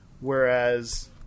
Whereas